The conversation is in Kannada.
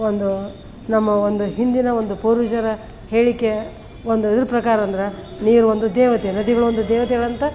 ಒಂದು ನಮ್ಮ ಒಂದು ಹಿಂದಿನ ಒಂದು ಪೂರ್ವಜರ ಹೇಳಿಕೆ ಒಂದು ಇದ್ರ ಪ್ರಕಾರ ಅಂದ್ರೆ ನೀರು ಒಂದು ದೇವತೆ ನದಿಗಳೊಂದು ದೇವತೆಗಳಂತ